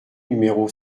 numéro